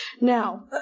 Now